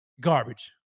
Garbage